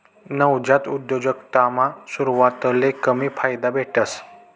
नवजात उद्योजकतामा सुरवातले कमी फायदा भेटस